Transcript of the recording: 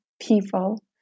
people